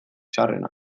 txarrena